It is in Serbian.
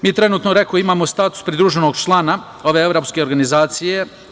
Mi trenutno, kao što rekoh, imamo status pridruženog člana ove evropske organizacije.